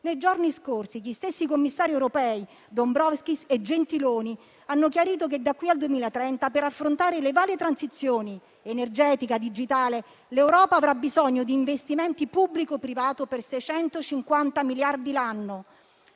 Nei giorni scorsi gli stessi commissari europei Dombrovskis e Gentiloni hanno chiarito che, da qui al 2030, per affrontare le varie transizioni (energetica, digitale) l'Europa avrà bisogno di investimenti pubblico-privato per 650 miliardi l'anno.